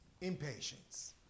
Impatience